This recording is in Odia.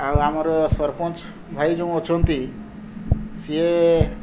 ଆଉ ଆମର ସରପଞ୍ଚ ଭାଇ ଯେଉଁ ଅଛନ୍ତି ସିଏ